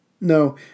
No